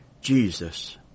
Jesus